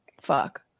fuck